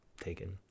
taken